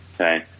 okay